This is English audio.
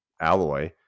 Alloy